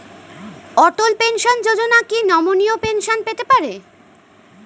অটল pension যোজনা কি নমনীয় পেনশন পেতে পারে?